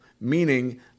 meaning